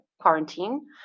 quarantine